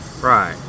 Right